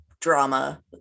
drama